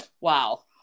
wow